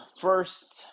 first